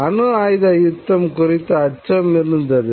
அணு ஆயுத யுத்தம் குறித்த அச்சம் இருந்தது